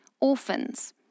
orphans